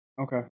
Okay